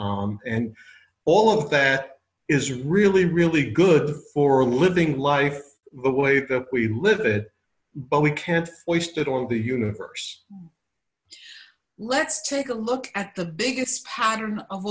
on and all of that is really really good for living life the way that we live it but we can't waste it or the universe let's take a look at the biggest pattern of